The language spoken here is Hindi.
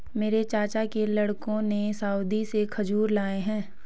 मेरे चाचा के लड़कों ने सऊदी से खजूर लाए हैं